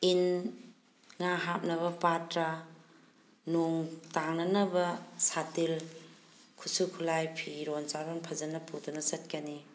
ꯏꯟ ꯉꯥ ꯍꯥꯞꯅꯕ ꯄꯥꯇ꯭ꯔ ꯅꯣꯡ ꯇꯥꯡꯅꯅꯕ ꯁꯥꯇꯤꯜ ꯈꯨꯠꯁꯨ ꯈꯨꯠꯂꯥꯏ ꯐꯤꯔꯣꯜ ꯆꯥꯔꯣꯟ ꯐꯖꯅ ꯄꯨꯗꯨꯅ ꯆꯠꯀꯅꯤ